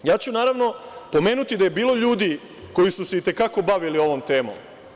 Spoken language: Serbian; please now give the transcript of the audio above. Naravno, ja ću pomenuti da je bilo ljudi koji su se i te kako bavili ovom temom.